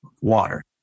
water